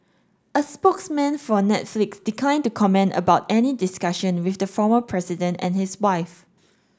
a spokesman for Netflix declined to comment about any discussion with the former president and his wife